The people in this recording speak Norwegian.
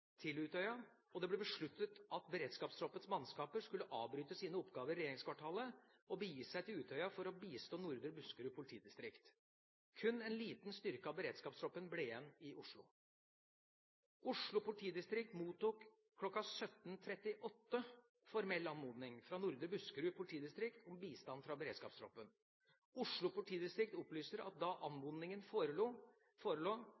og det ble besluttet at beredskapstroppens mannskaper skulle avbryte sine oppgaver i regjeringskvartalet og begi seg til Utøya for å bistå Nordre Buskerud politidistrikt. Kun en liten styrke av beredskapstroppen ble igjen i Oslo. Oslo politidistrikt mottok kl. 17.38 formell anmodning fra Nordre Buskerud politidistrikt om bistand fra beredskapstroppen. Oslo politidistrikt opplyser at da anmodningen forelå,